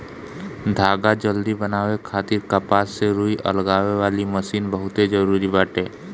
धागा जल्दी बनावे खातिर कपास से रुई अलगावे वाली मशीन बहुते जरूरी बाटे